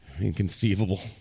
Inconceivable